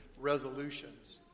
resolutions